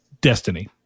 destiny